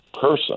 person